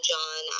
John